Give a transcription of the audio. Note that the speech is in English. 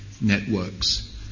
networks